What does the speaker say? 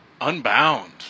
Unbound